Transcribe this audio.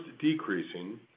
decreasing